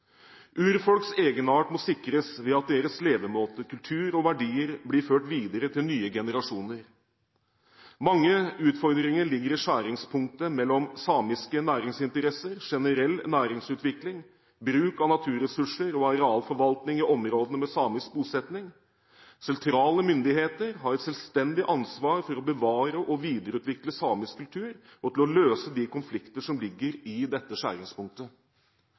Urfolks egenart må sikres ved at deres levemåte, kultur og verdier blir ført videre til nye generasjoner. Mange utfordringer ligger i skjæringspunktet mellom samiske næringsinteresser, generell næringsutvikling, bruk av naturressurser og arealforvaltning i områdene med samisk bosetting. Sentrale myndigheter har et selvstendig ansvar for å bevare og videreutvikle samisk kultur og å løse de konflikter som ligger i dette skjæringspunktet.